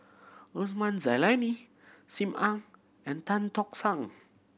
Osman Zailani Sim Ann and Tan Tock San